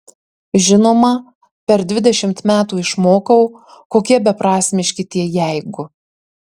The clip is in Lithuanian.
žinoma per dvidešimt metų išmokau kokie beprasmiški tie jeigu